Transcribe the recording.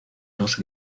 dos